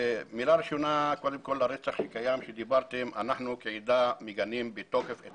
קודם כול אנחנו בעדה מגנים בתוקף את